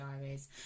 diaries